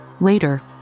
Later